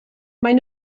maen